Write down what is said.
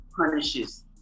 punishes